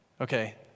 Okay